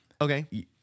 Okay